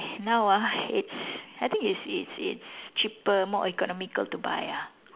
now ah it's I think it's it's it's cheaper more economical to buy ah